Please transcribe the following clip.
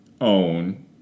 own